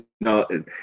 no